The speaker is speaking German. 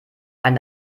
ein